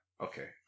Okay